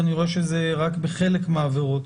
ואני רואה שזה רק בחלק מהעבירות.